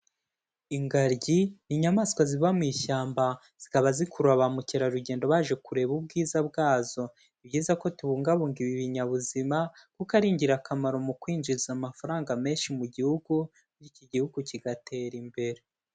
Ingaryi ni inyamaswa ziba mu ishyamba zikaba zikurura bamukerarugendo baje kureba ubwiza bwazo. Ni byiza ko tubungabunga ibi binyabuzima kuko ari ingirakamaro mu kwinjiza amafaranga menshi mu gihugu, bityo Igihugu kigatera imbere.